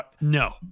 No